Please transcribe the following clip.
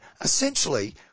Essentially